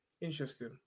Interesting